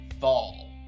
fall